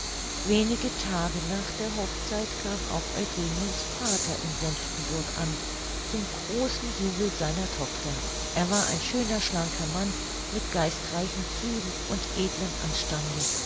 wenige tage nach der hochzeit kam auch eugeniens vater in senftenburg an zum großen jubel seiner tochter er war ein schöner schlanker mann mit geistreichen zügen und edlem anstande